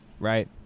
Right